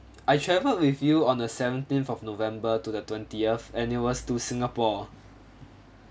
I traveled with you on the seventeenth of november to the twentieth and it was to singapore